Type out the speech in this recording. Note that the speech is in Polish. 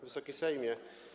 Wysoki Sejmie!